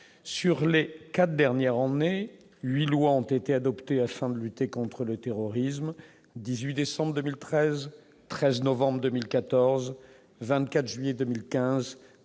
sur les 4 dernières emmené 8 lois ont été adoptées afin de lutter contre le terrorisme 18 décembre 2013 13 novembre 2014 24 juillet 2015